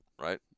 right